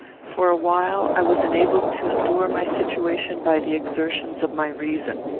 for a while, i was enabled to endure my situation by the exertions of my reason.